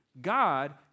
God